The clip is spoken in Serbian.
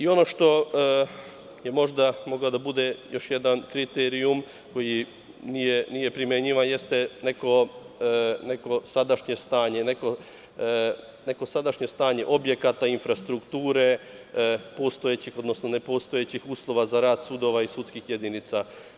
Ono što bi možda mogao da bude još jedan kriterijum koji nije primenjivan jeste neko sadašnje stanje objekata, infrastrukture, postojećih, odnosno nepostojećih uslova za rad sudova i sudskih jedinica.